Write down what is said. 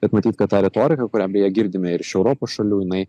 bet matyt kad ta retorika kurią beje girdime iš europos šalių jinai